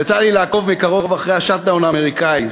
יצא לי לעקוב מקרוב אחרי ה-shut down האמריקני,